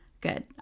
Good